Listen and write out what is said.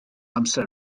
amser